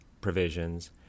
provisions